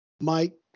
Mike